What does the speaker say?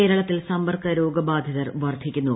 കേരളത്തിൽ സമ്പർക്ക രോഗബാധിതർ വർദ്ധിക്കുന്നു